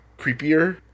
creepier